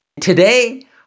Today